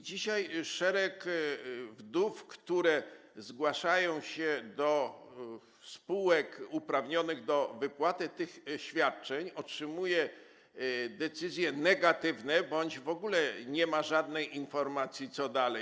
Dzisiaj szereg wdów, które zgłaszają się do spółek uprawnionych do wypłaty tych świadczeń, otrzymuje decyzje negatywne bądź w ogóle nie ma żadnej informacji, co dalej.